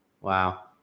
Wow